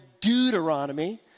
Deuteronomy